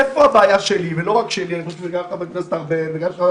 איפה הבעיה שלי ולא רק שלי - אני חושב שגם של חברי הכנסת ארבל ולסקי,